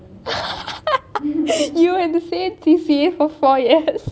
you were in the same C_C_A for four yars